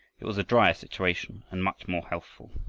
it was a dryer situation and much more healthful.